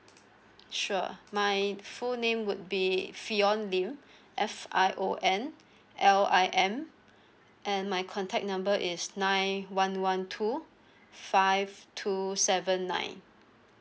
sure my full name would be fion lim F I O N L I M and my contact number is nine one one two five two seven nine